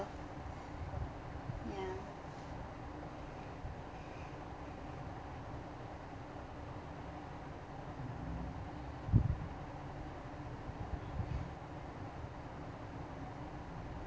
ya